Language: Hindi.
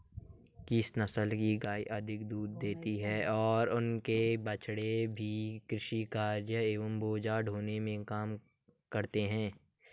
किस नस्ल की गायें अधिक दूध देती हैं और इनके बछड़े भी कृषि कार्यों एवं बोझा ढोने में अच्छा काम करते हैं?